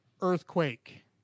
earthquake